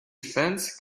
fence